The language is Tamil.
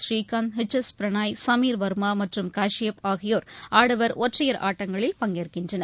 ஸ்ரீகாந்த் எச் எஸ் பிரனாய் சமீர் வர்மாமற்றும் கஷ்யப் ஆகியோர் ஆடவர் ஒற்றையர் ஆட்டங்களில் பங்கேற்கின்றனர்